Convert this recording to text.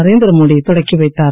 நரேந்திர மோடி தொடங்கி வைத்தார்